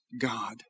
God